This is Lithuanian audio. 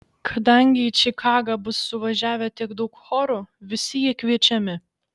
kadangi į čikagą bus suvažiavę tiek daug chorų visi jie kviečiami